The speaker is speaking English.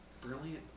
Brilliant